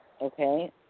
Okay